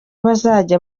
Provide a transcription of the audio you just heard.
bazajya